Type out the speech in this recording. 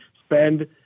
spend